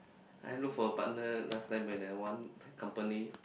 I look for a partner last time when I want company